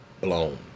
blown